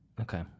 Okay